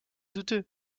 douteux